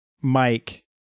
mike